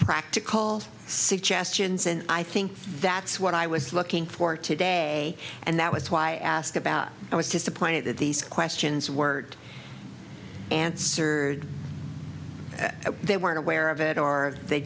practical suggestions and i think that's what i was looking for today and that was why i asked about i was disappointed that these questions word answered that they weren't aware of it or they